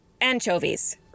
Anchovies